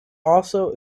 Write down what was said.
also